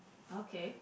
okay